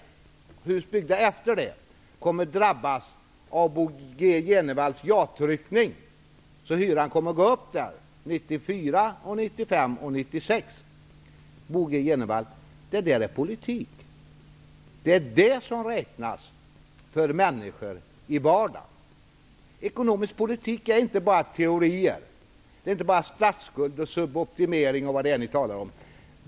Hus byggda efter det året kommer att drabbas av Bo G Jenevalls ja-tryckning. Det innebär att hyran kommer att gå upp där 1994, 1995 och 1996. Bo G Jenevall, det är politik. Det är det som räknas för människor i vardagen. Ekonomisk politik är inte bara teorier. Det är inte bara statsskuld, suboptimering och vad det är ni talar om.